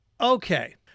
Okay